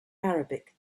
arabic